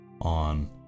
on